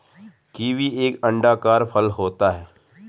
kiwi एक अंडाकार फल होता है